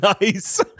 nice